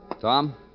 Tom